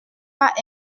pas